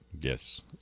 Yes